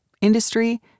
industry